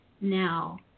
Now